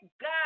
God